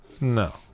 No